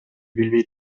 билбей